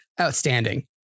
outstanding